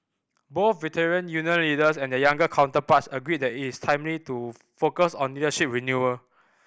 both Veteran Union leaders and their younger counterparts agreed that it is timely to focus on leadership renewal